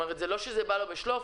כלומר זה לא בא לו ב"שלוף".